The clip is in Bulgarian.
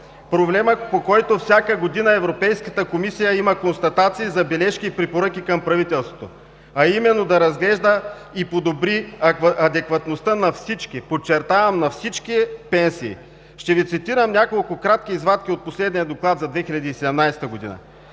проблема, по който всяка година Европейската комисия има констатации, забележки и препоръки към правителството, а именно – да разглежда и подобри адекватността на всички, подчертавам – на всички пенсии. Ще Ви цитирам няколко кратки извадки от последния Доклад за 2017 г.: